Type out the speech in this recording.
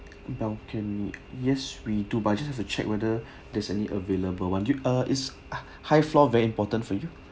balcony yes we do but just have to check whether there's any available one uh is high floor very important for you